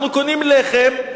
אנחנו קונים לחם,